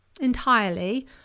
entirely